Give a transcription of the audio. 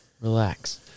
Relax